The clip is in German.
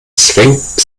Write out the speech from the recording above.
zwängt